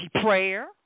Prayer